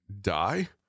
die